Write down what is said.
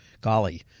golly